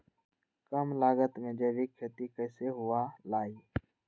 कम लागत में जैविक खेती कैसे हुआ लाई?